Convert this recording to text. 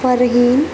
Farheen